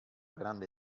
grande